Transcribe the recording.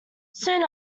soon